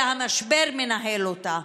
אלא המשבר מנהל אותה.